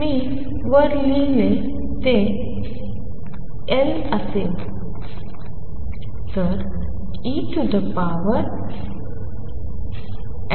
मी वर लिहावे ते I असावे